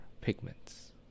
pigments